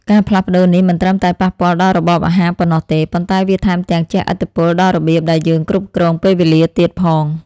ការផ្លាស់ប្តូរនេះមិនត្រឹមតែប៉ះពាល់ដល់របបអាហារប៉ុណ្ណោះទេ ប៉ុន្តែវាថែមទាំងជះឥទ្ធិពលដល់របៀបដែលយើងគ្រប់គ្រងពេលវេលាទៀតផង។